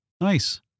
Nice